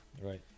Right